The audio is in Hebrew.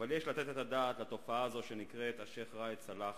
אבל יש לתת את הדעת לתופעה הזאת שנקראת השיח' ראאד סלאח,